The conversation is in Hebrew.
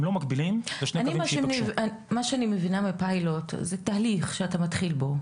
הם לא מקבלים --- מה שאני מבינה מפיילוט שזה תהליך שאתה מתחיל בו,